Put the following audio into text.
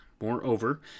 Moreover